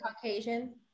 Caucasian